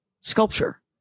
sculpture